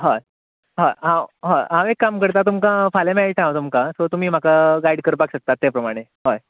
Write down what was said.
हय हय हांव हय हांव एक काम करतां तुमका फाल्यां मेळटा तुमकां सो तुमी म्हाका गायड करपाक शकता ते प्रमाणे हय